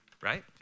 Right